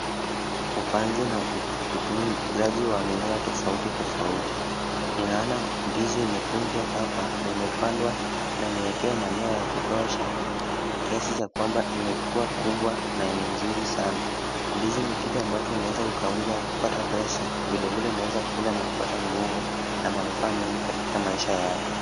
Upanzi na utunzaji wa mimea tofauti tofauti. Ninaona ndizi imetunzwa hapa na imepandwa na imewekewa manyuwa ya kutosha kiasi cha kwamba imekuwa kubwa na ni nzuri sana. Ndizi ni kitu ambacho unaweza ukauza na kupata pesa vilevile unaweza kula na kupata nguvu na manufaa mengi katika maisha yako.